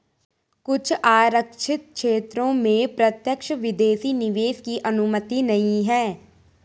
कुछ आरक्षित क्षेत्रों में प्रत्यक्ष विदेशी निवेश की अनुमति नहीं है